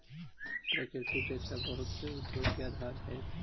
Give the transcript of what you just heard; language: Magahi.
प्राकृतिक रेशा बहुत से उद्योग के आधार हई